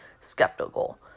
skeptical